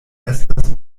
estas